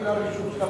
התכוונתי לרשעות של,